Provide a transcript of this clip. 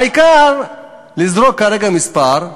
העיקר לזרוק מספר,